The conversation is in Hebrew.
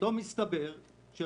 אני מצטרף לדבריו של